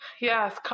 Yes